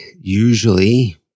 usually